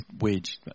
wage